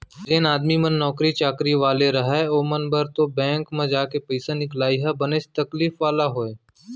जेन आदमी मन नौकरी चाकरी वाले रहय ओमन बर तो बेंक म जाके पइसा निकलाई ह बनेच तकलीफ वाला होय